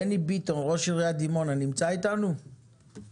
בני ביטון, ראש עיריית דימונה, נמצא איתנו בזום?